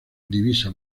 divisa